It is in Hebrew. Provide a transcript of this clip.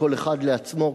כל אחד לעצמו,